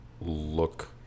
look